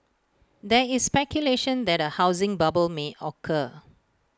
there is speculation that A housing bubble may occur